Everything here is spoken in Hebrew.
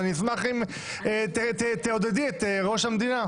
אז אני אשמח אם תעודדי את ראש המדינה.